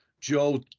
Joe